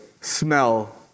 smell